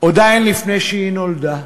עוד לפני שהיא נולדה.